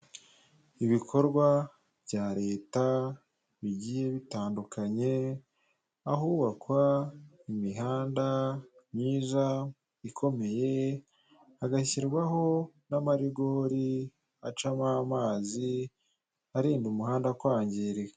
Ibikorwa bya leta bigiye bitandukanye, ahubakwa imihanda myiza ikomeye hagashyirwaho n'amarigori acamo amazi arinda umuhanda kwangirika.